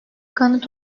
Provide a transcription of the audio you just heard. kanıt